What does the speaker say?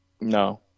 No